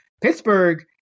Pittsburgh